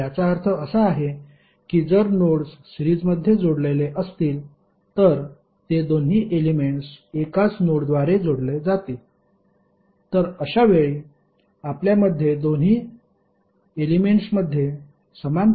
तर याचा अर्थ असा आहे की जर नोड्स सिरीजमध्ये जोडलेले असतील तर ते दोन्ही एलेमेंट्स एकाच नोडद्वारे जोडले जातील तर अशावेळी आपल्यामध्ये दोन्ही एलेमेंट्समध्ये समान करंट वाहतो